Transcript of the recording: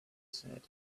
said